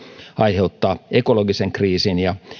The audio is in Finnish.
aiheuttaa ekologisen kriisin ja